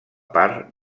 part